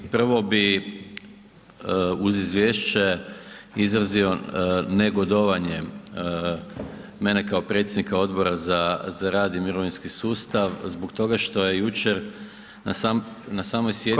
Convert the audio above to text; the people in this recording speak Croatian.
Prvo bi uz izvješće izrazio negodovanje mene kao predsjednika Odbora za rad i mirovinski sustav zbog toga što je jučer na samoj sjednici.